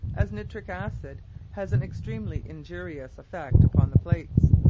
as nitric acid has an extremely injurious effect upon the plates.